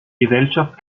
gesellschaft